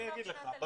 אני אגיד לך.